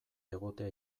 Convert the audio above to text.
egotea